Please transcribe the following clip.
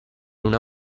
una